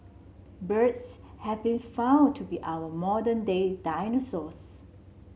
birds have been found to be our modern day dinosaurs